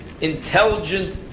intelligent